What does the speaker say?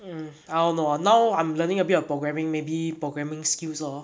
mm I don't know now I'm learning a bit of programming maybe programming skills lor